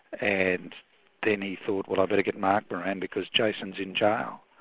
and then he thought, well i'd better get mark moran, because jason's in jail.